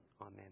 Amen